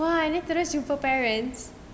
!wah! and then terus jumpa parents